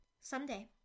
someday